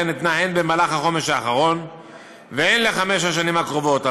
ניתנה הן במהלך החומש האחרון והן לחמש השנים הקרובות,